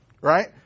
Right